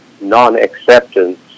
non-acceptance